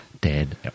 dead